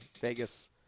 Vegas